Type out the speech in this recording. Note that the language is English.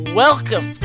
welcome